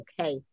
okay